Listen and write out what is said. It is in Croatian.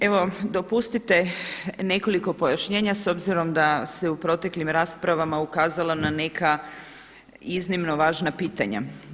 Evo dopustite nekoliko pojašnjenja s obzirom da se u proteklim raspravama ukazalo na neka iznimno važna pitanja.